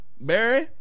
Barry